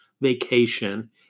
vacation